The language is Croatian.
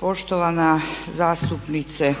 Poštovana zastupnice,